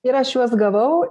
ir aš juos gavau